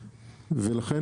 ולכן,